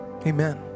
Amen